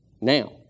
now